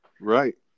right